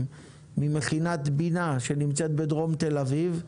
ממכינת "בינה" שנמצאת בדרום תל אביב.